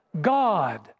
God